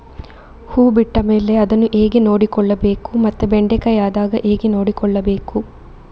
ಹೂ ಬಿಟ್ಟ ಮೇಲೆ ಅದನ್ನು ಹೇಗೆ ನೋಡಿಕೊಳ್ಳಬೇಕು ಮತ್ತೆ ಬೆಂಡೆ ಕಾಯಿ ಆದಾಗ ಹೇಗೆ ನೋಡಿಕೊಳ್ಳಬೇಕು?